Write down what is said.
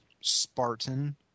Spartan